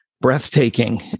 breathtaking